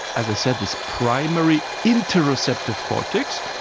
as i said, this primary interoceptive cortex,